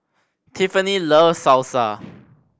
Tiffani loves Salsa